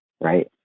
right